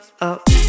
up